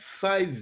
five